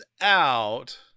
out